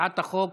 הצעת החוק